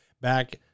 back